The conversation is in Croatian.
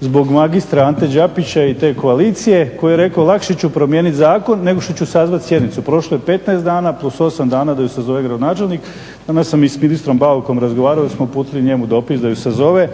zbog magistre Ante Đapića i te koalicije koji je rekao lakše ću promijeniti zakon nego što ću sazvati sjednicu, prošlo je 15 dana plus 8 dana da ju sazove gradonačelnik. Danas sam i s ministrom Baukom razgovarali smo i uputili njemu dopis da je sazove